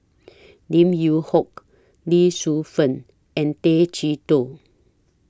Lim Yew Hock Lee Shu Fen and Tay Chee Toh